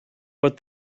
but